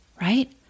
right